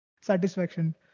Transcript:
satisfaction